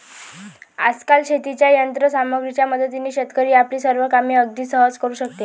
आजकाल शेतीच्या यंत्र सामग्रीच्या मदतीने शेतकरी आपली सर्व कामे अगदी सहज करू शकतो